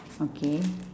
okay